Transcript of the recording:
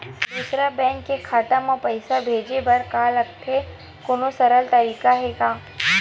दूसरा बैंक के खाता मा पईसा भेजे बर का लगथे कोनो सरल तरीका हे का?